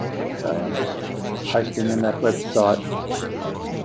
ok i'm just posting in that website